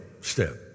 step